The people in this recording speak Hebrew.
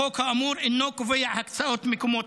החוק האמור אינו קובע הקצאת מקומות